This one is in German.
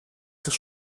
sich